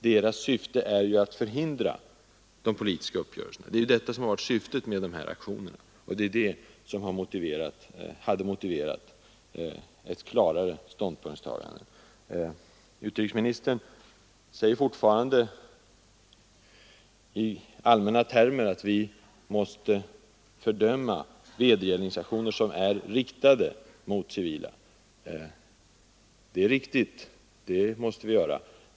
Deras syfte är ju att förhindra politiska uppgörelser. Det är det som har varit syftet med aktionerna. Utrikesministern förklarar fortfarande i allmänna termer att vi måste ta avstånd från vedergällningsaktioner riktade mot civila. Det är riktigt.